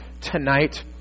tonight